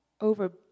over